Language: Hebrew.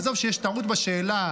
עזוב שיש טעות בשאלה,